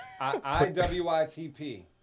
I-W-I-T-P